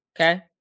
okay